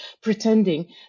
pretending